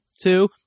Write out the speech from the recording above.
two